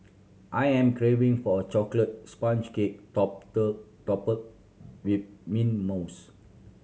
I am craving for a chocolate sponge cake topped with mint mousse